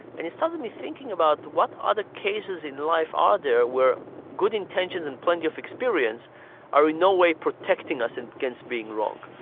and it started me thinking about what other cases in life are there where good intentions and plenty of experience are in no way protecting us and against being wrong.